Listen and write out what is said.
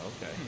Okay